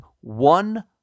one